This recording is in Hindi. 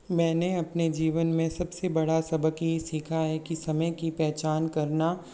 मैं ने अपने जीवन में सब से बड़ा सबक यही सीखा है कि समय की पहचान करना